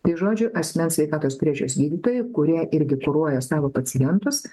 tai žodžiu asmens sveikatos priežiūros gydytojai kurie irgi kuruoja savo pacientus